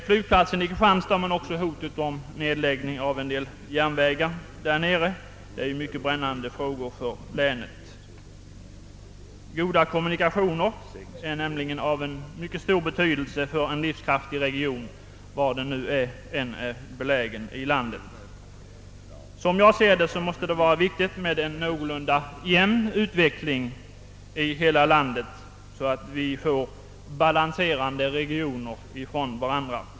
Flygplatsfrågan men också hotet om nedläggning av en del järnvägar är mycket brännande problem för Kristianstads län. Goda kommunikationer har nämligen mycket stor betydelse för en livskraftig region, var i landet den än är belägen. Enligt min mening måste det vara viktigt med en någorlunda jämn utveckling i hela landet, så att vi får varandra balanserande regioner.